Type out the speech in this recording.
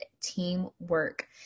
teamwork